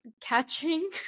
catching